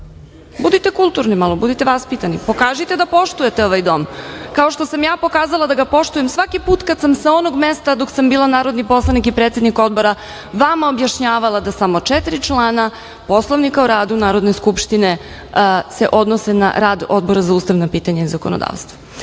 Budite kulturni malo, budite vaspitani, pokažite da poštujete ovaj dom, kao što sam ja pokazala da ga poštujem svaki put kad sam sa onog mesta, dok sam bila narodni poslanik i predsednik odbora, vama objašnjavala da samo četiri člana Poslovnika o radu Narodne skupštine se odnose na rad Odbora za ustavna pitanja i zakonodavstvo